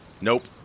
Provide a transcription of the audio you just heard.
Nope